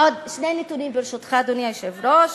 עוד שני נתונים, ברשותך, אדוני היושב-ראש.